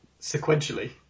sequentially